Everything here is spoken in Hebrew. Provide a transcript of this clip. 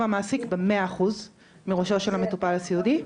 המעסיק במאה אחוז מראשו של המטופל הסיעודי,